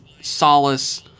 solace